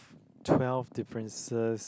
twelve differences